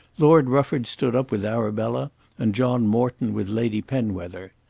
lord rufford stood up with arabella and john morton with lady penwether.